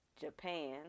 Japan